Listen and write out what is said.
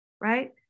right